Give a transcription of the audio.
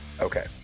Okay